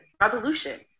Revolution